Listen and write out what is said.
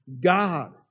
God